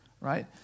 right